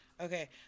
okay